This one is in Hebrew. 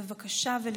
בבקשה.